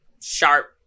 sharp